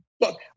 Look